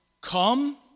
Come